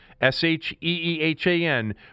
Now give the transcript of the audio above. s-h-e-e-h-a-n